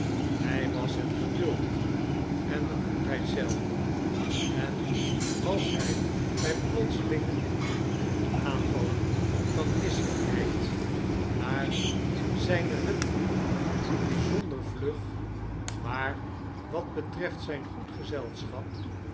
hy was het geduld en de goedheid zelf en als hy by plotselinge aanvallen van misselykheid naar zyne hut liep byzonder ylug maar wat betreft zijn goed gezelschap